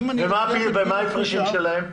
מה ההפרשים שלהם?